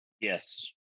Yes